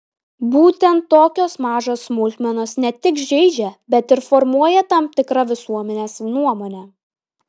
būtent tokios mažos smulkmenos ne tik žeidžia bet ir formuoja tam tikrą visuomenės nuomonę